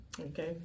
Okay